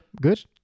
Good